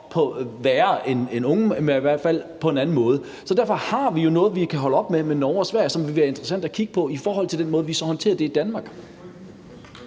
på en anden måde. Derfor har vi jo noget, vi kan holde det op mod, med Norge og Sverige, som det kunne være interessant at kigge på, i forhold til den måde, vi så håndterede det på i Danmark.